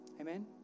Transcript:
Amen